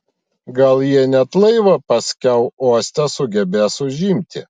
gal jie net laivą paskiau uoste sugebės užimti